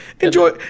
Enjoy